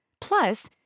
Plus